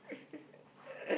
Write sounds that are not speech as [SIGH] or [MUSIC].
[LAUGHS]